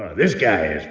this guy